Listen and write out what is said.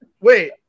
Wait